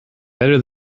better